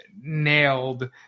nailed